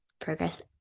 progress